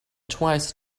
twice